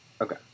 Okay